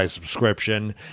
subscription